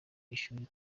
ishuri